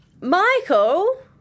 Michael